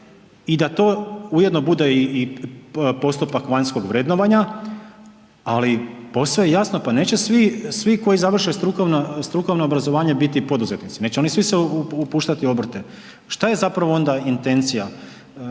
i da to ujedno bude i postupak vanjskog vrednovanja, ali posve je jasno, pa neće svi koji završe strukovno obrazovanje biti poduzetnici. Neće oni svi se upuštati u obrte. Šta je zapravo onda intencija